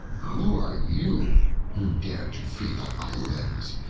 who are you who dare to feed on my limbs,